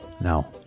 No